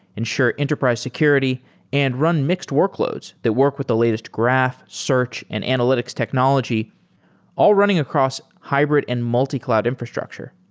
ensure enterprise security and run mixed workloads that work with the latest graph, search and analytics technology all running across hybrid and multi-cloud infrastructure.